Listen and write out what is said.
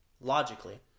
logically